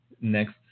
next